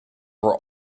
were